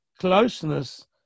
closeness